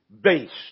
based